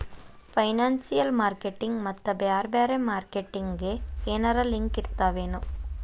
Financial marketing ಮತ್ತ ಬ್ಯಾರೆ ಬ್ಯಾರೆ ಮಾರ್ಕೆಟಿಂಗ್ ಗೆ ಏನರಲಿಂಕಿರ್ತಾವೆನು?